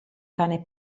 cane